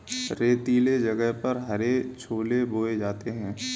रेतीले जगह पर हरे छोले बोए जा सकते हैं